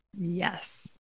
Yes